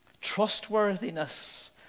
Trustworthiness